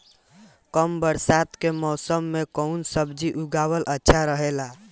कम बरसात के मौसम में कउन सब्जी उगावल अच्छा रहेला?